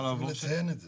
לא, חשוב לציין את זה.